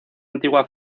antigua